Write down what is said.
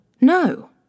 no